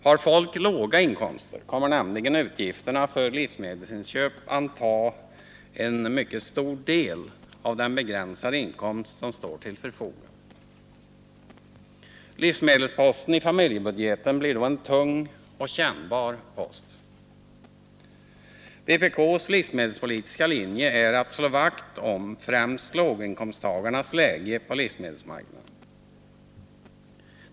Har folk låga inkomster kommer nämligen utgifterna för livsmedelsinköp att ta en mycket stor del av den begränsade inkomst som står till förfogande. Livsmedelsposten i familjebudgeten blir då en tung och kännbar post. Vpk:s livsmedelspolitiska linje är att slå vakt om främst låginkomsttagarnas läge på livsmedelsmarknaden.